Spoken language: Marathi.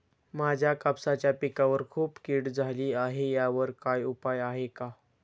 माझ्या कापसाच्या पिकावर खूप कीड झाली आहे यावर काय उपाय आहे का?